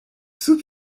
soupe